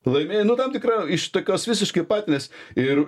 laimėjo nu tam tikra iš tokios visiškai patinės ir